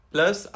Plus